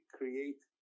create